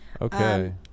Okay